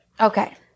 Okay